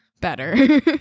better